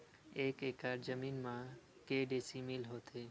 एक एकड़ जमीन मा के डिसमिल होथे?